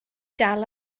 dal